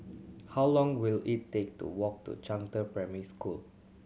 how long will it take to walk to Zhangde Primary School